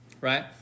right